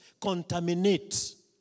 contaminates